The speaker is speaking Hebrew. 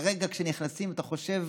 לרגע כשנכנסים אתה חושב